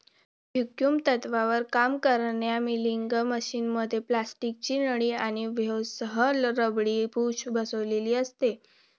vacuum तत्त्वावर काम करणाऱ्या मिल्किंग मशिनमध्ये प्लास्टिकची नळी आणि व्हॉल्व्हसह रबरी बुश बसविलेले असते